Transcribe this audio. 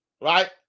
right